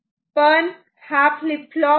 पण हा flip flop 1 on आहे